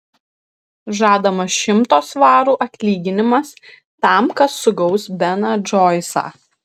žadamas šimto svarų atlyginimas tam kas sugaus beną džoisą